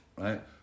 right